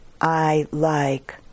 I-like